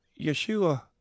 yeshua